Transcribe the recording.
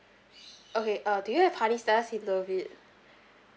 okay uh do you have honey stars he love it